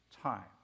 time